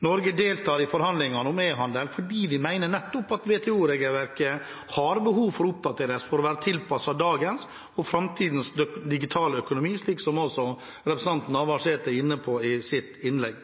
forhandlingene om e-handel fordi vi mener at WTO-regelverket har behov for å oppdateres for å være tilpasset dagens og framtidens digitale økonomi, slik også representanten Navarsete var inne på i sitt innlegg.